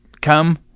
come